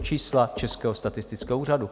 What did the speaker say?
Čísla Českého statistického úřadu.